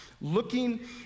looking